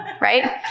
right